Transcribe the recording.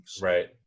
Right